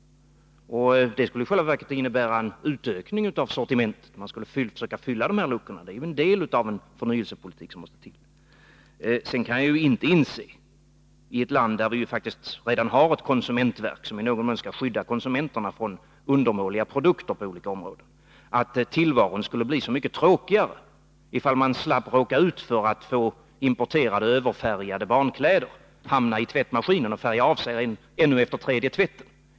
Det skulle i själva verket innebära en utökning av sortimentet. Man skulle försöka fylla de luckor som fanns. Det är ju en del av en förnyelsepolitik som måste till. Sedan kan jag inte inse att tillvaron i ett land, där vi redan har ett konsumentverk som i någon mån skall skydda konsumenterna från undermåliga produkter på olika områden, skulle bli så mycket tråkigare, ifall man slapp råka ut för att få importerade överfärgade barnkläder, som hamnar i tvättmaskinen och färgar av sig ännu efter tredje tvätten.